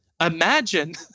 imagine